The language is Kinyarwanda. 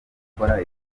gukora